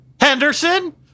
Henderson